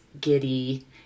giddy